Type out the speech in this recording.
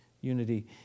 unity